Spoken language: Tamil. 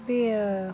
இப்பயும்